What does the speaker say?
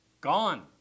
Gone